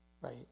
Right